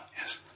yes